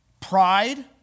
Pride